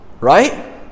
right